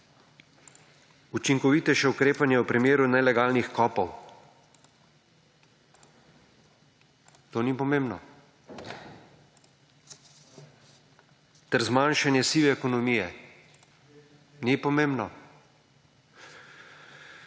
učinkovitejše ukrepanje v primeru nelegalnih kopov - ali to ni pomembno? – ter zmanjšanje sive ekonomije, ni pomembno?